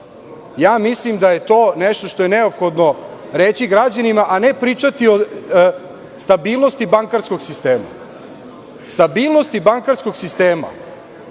mislim da je to nešto što je neophodno reći građanima, a ne pričati o stabilnosti bankarskog sistema. Gospodo, da li ste